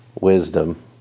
wisdom